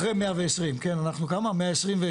אחרי 120, כן, אנחנו כמה 126?